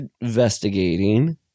investigating